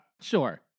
Sure